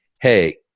hey